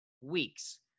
weeks